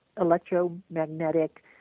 electromagnetic